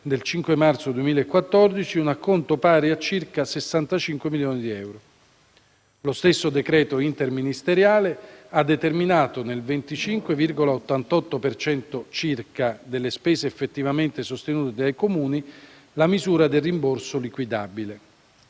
del 5 marzo 2014, un acconto pari a circa 65 milioni di euro. Lo stesso decreto interministeriale ha determinato, in circa il 25,88 per cento delle spese effettivamente sostenute dai Comuni, la misura del rimborso liquidabile.